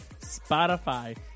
Spotify